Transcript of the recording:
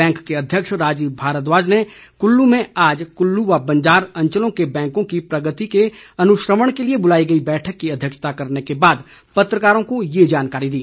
bank के अध्यक्ष राजीव भारद्वाज ने कुल्लू में आज कुल्लू व बंजार अंचलों के बैंकों की प्रगति के अनुश्रवण के लिए बुलाई गई बैठक की अध्यक्षता करने के बाद पत्रकारों को यह जानकारी दी